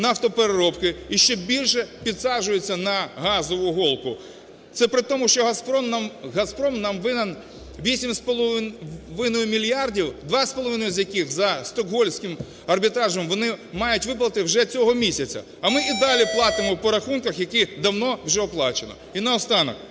нафтопереробки і ще більше підсаджується на газову голку. Це при тому, що "Газпром" нам винен 8,5 мільярдів, 2,5 з яких за Стокгольмським арбітражем вони мають виплатити вже цього місяця. А ми і далі платимо по рахунках, які давно вже оплачено. І наостанок.